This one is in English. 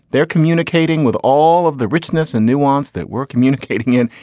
they're communicating with all of the richness and nuance that we're communicating in.